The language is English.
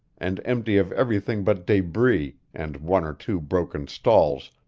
and empty of everything but debris and one or two broken stalls,